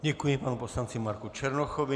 Děkuji panu poslanci Marku Černochovi.